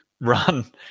run